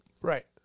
Right